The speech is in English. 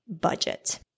Budget